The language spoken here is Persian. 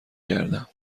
گردم